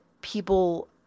people